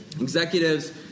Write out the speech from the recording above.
Executives